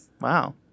wow